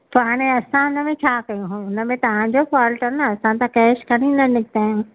पोइ हाणे असां हिनमें छा कयूं हुनमें तव्हांजो फॉल्ट आहे न असां त कैश खणी न निकिता आहियूं